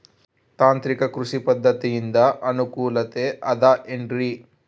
ತಾಂತ್ರಿಕ ಕೃಷಿ ಪದ್ಧತಿಯಿಂದ ಅನುಕೂಲತೆ ಅದ ಏನ್ರಿ?